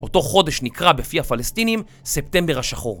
אותו חודש נקרא בפי הפלסטינים ספטמבר השחור